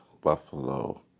Buffalo